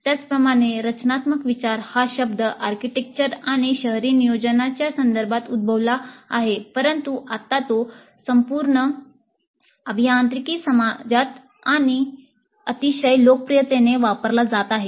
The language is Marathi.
त्याचप्रमाणे रचनात्मक विचार हा शब्द आर्किटेक्चर आणि शहरी नियोजनाच्या संदर्भात उद्भवला परंतु आता तो संपूर्ण अभियांत्रिकी समाजात अतिशय लोकप्रियतेने वापरला जात आहे